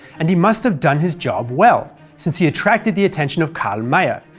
and he must have done his job well, since he attracted the attention of karl mayr,